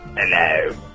Hello